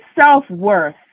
self-worth